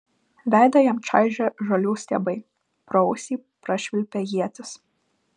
veidą jam čaižė žolių stiebai pro ausį prašvilpė ietis